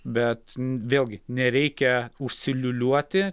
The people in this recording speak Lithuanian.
bet vėlgi nereikia užsiliūliuoti